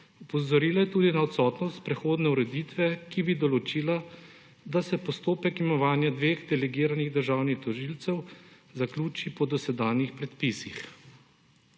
Opozorila je tudi na odsotnost prehodne ureditve, ki bi določila, da se postopek imenovanja dveh delegiranih državnih tožilcev zaključi po dosedanjih predpisih.